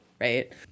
right